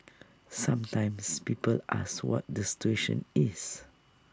sometimes people ask what the situation is